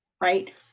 right